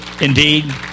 indeed